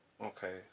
Okay